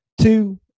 two